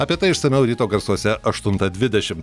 apie tai išsamiau ryto garsuose aštuntą dvidešim